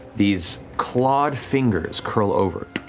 these clawed fingers curl over.